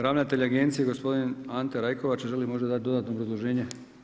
Ravnatelj Agencija gospodin Ante Rajkovača želi možda dati dodatno obrazloženje?